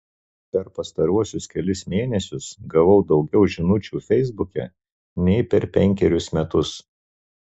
per pastaruosius kelis mėnesius gavau daugiau žinučių feisbuke nei per penkerius metus